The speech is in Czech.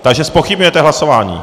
Takže zpochybňujete hlasování.